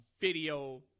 video